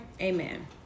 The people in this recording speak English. Amen